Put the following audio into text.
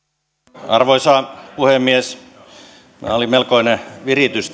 arvoisa puhemies tämä puheenvuoro oli melkoinen viritys